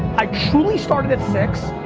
i truly started at six,